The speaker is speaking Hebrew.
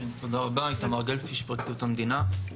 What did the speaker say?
תודה רבה, איתמר גלבפיש פרקליט המדינה.